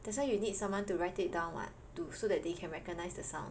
that's why you need someone to write it down [what] too so that they can recognize the sound